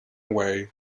away